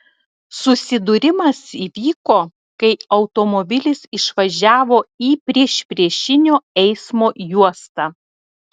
susidūrimas įvyko kai automobilis išvažiavo į priešpriešinio eismo juostą